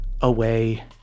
away